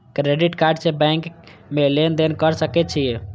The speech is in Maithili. क्रेडिट कार्ड से बैंक में लेन देन कर सके छीये?